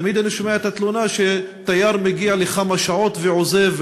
תמיד אני שומע את התלונה שתייר מגיע לכמה שעות ועוזב,